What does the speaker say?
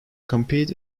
compete